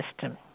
system